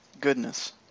Goodness